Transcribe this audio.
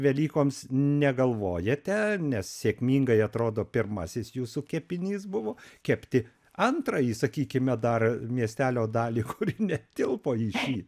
velykoms negalvojate nes sėkmingai atrodo pirmasis jūsų kepinys buvo kepti antrąjį sakykime dar miestelio dalį kuri netilpo į šį